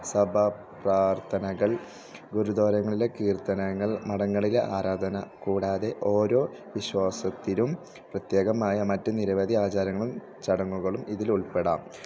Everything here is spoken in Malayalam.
സഭാ പ്രാർത്ഥനകൾ ഗുരുദ്വാരങ്ങളിലെ കീർത്തനങ്ങൾ മടങ്ങളിലെ ആരാധന കൂടാതെ ഓരോ വിശ്വാസത്തിലും പ്രത്യേകമായ മറ്റ് നിരവധി ആചാരങ്ങളും ചടങ്ങുകളും ഇതിലുൾപ്പെടാം